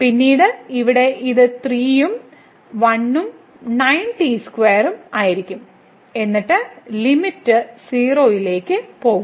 പിന്നീട് ഇവിടെ ഇത് 3 ഉം 1 ഉം 9t2 ഉം ആയിരിക്കും എന്നിട്ട് ലിമിറ്റ് 0 ലേക്ക് പോകുന്നു